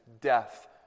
death